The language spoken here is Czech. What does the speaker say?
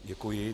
Děkuji.